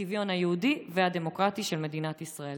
הצביון היהודי והדמוקרטי של מדינת ישראל.